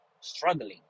struggling